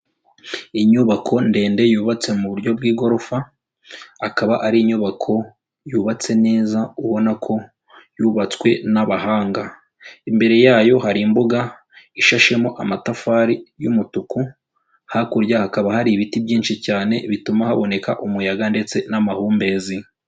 Inyubako ndende yubatse mu buryo bw'igorofa, akaba ari inyubako yubatse neza, ubona ko yubatswe n'abahanga, imbere yayo hari imbuga ishashemo amatafari y'umutuku, hakurya hakaba hari ibiti byinshi cyane, bituma haboneka umuyaga ndetse n'amahumbezi.